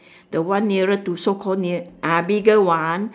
the one nearer to so called near ah bigger one